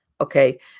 Okay